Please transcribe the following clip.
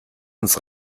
uns